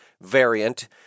variant